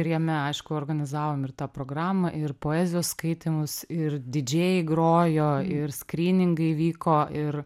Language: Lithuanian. ir jame aišku organizavom ir tą programą ir poezijos skaitymus ir didžėjai grojo ir skryningai vyko ir